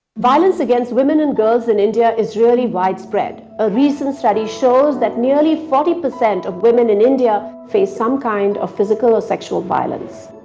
violence against women and girls in india is really widespread. a recent study shows that nearly forty percent of women in india face some kind of physical or sexual violence.